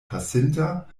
pasinta